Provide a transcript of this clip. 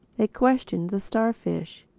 they questioned the starfish.